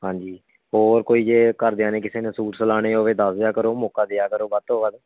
ਹਾਂਜੀ ਹੋਰ ਕੋਈ ਜੇ ਘਰਦਿਆ ਨੇ ਕਿਸੇ ਨੇ ਸੂਟ ਸਿਲਾਉਣੇ ਹੋਏ ਦੱਸਦਿਆ ਕਰੋ ਮੌਕਾ ਦਿਆ ਕਰੋ ਵੱਧ ਤੋਂ ਵੱਧ